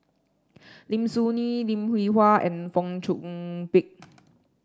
Lim Soo Ngee Lim Hwee Hua and Fong Chong Pik